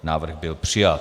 Návrh byl přijat.